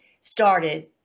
started